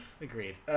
Agreed